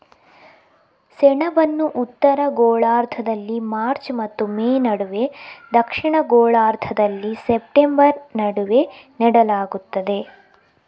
ಸೆಣಬನ್ನು ಉತ್ತರ ಗೋಳಾರ್ಧದಲ್ಲಿ ಮಾರ್ಚ್ ಮತ್ತು ಮೇ ನಡುವೆ, ದಕ್ಷಿಣ ಗೋಳಾರ್ಧದಲ್ಲಿ ಸೆಪ್ಟೆಂಬರ್ ನಡುವೆ ನೆಡಲಾಗುತ್ತದೆ